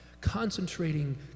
concentrating